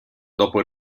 dopo